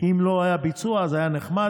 כי אם לא יהיה ביצוע אז היה נחמד,